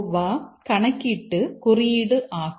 வ கணக்கீட்டு குறியீடு ஆகும்